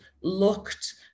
looked